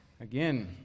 again